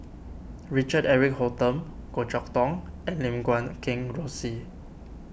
Richard Eric Holttum Goh Chok Tong and Lim Guat Kheng Rosie